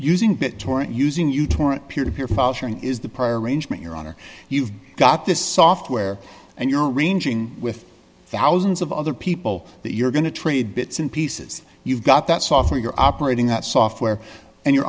torrent peer to peer file sharing is the prior arrangement your honor you've got this software and you're arranging with thousands of other people that you're going to trade bits and pieces you've got that software you're operating at software and you're